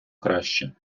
краще